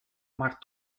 maar